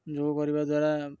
ଯୋଗ କରିବା ଦ୍ୱାରା